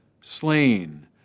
slain